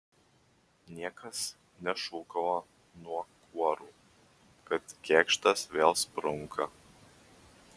niekas nešūkavo nuo kuorų kad kėkštas vėl sprunka